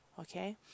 okay